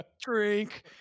Drink